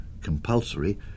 compulsory